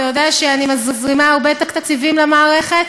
אתה יודע שאני מזרימה הרבה תקציבים למערכת,